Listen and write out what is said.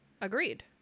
Agreed